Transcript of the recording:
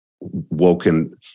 woken